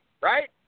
right